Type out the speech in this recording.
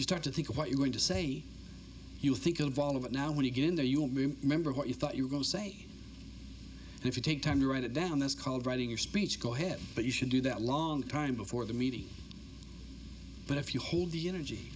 you start to think of what you are going to say you think involve it now when you get in there you will be remember what you thought you were going to say if you take time to write it down that's called writing your speech go ahead but you should do that long time before the meeting but if you hold the energy